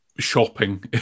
Shopping